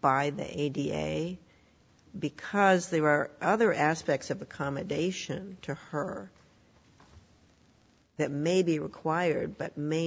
by the a d f a because they were are other aspects of accommodation to her that may be required but may